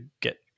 get